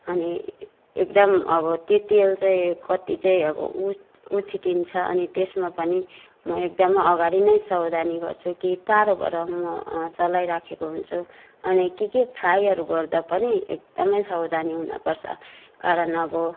अनि एकदम अब त्यो तेल चाहिँ कति चाहिँ अब उ उछिटिन्छ अनि त्यसमा पनि म एकदम अगाडि नै सवधानी गर्छु कि टाढोबाट म चलाइराखेको हुन्छु अनि के के फ्राईहरू गर्दा पनि एकदमै सवधानी हुनपर्छ कारण अब